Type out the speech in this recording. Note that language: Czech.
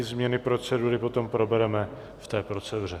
Změny procedury potom probereme v té proceduře.